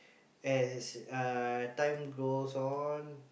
as uh time goes on